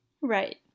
Right